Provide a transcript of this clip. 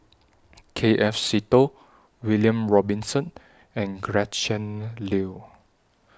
K F Seetoh William Robinson and Gretchen Liu